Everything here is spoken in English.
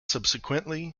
subsequently